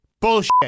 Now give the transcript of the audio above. Bullshit